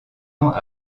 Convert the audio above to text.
ans